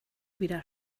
wieder